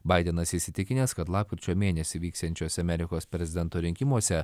baidenas įsitikinęs kad lapkričio mėnesį vyksiančiuose amerikos prezidento rinkimuose